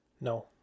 No